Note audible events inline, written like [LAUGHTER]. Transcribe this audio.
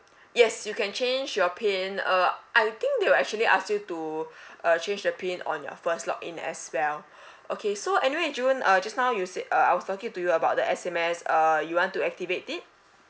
yes you can change your PIN uh I think they will actually ask you to [BREATH] uh change the PIN on your first log in as well [BREATH] okay so anyway june uh just now you sa~ uh I was talking to you about the S_M_S uh you want to activate it